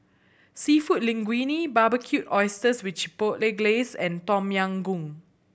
Seafood Linguine Barbecued Oysters with Chipotle Glaze and Tom Yam Goong